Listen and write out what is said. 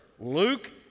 Luke